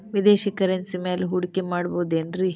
ವಿದೇಶಿ ಕರೆನ್ಸಿ ಮ್ಯಾಲೆ ಹೂಡಿಕೆ ಮಾಡಬಹುದೇನ್ರಿ?